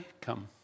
Come